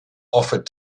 offered